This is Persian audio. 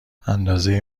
اندازه